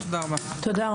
תודה רבה.